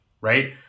right